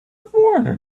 foreigner